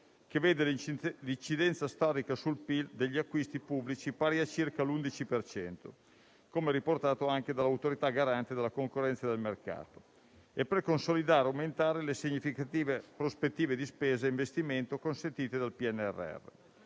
che vede l'incidenza storica sul PIL degli acquisti pubblici pari a circa l'11 per cento, come riportato anche dall' Autorità garante della concorrenza e del mercato, e per consolidare e aumentare le significative prospettive di spesa e investimento consentite dal PNRR.